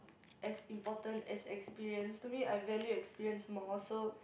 as important as experience to me I value experience more so